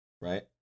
Right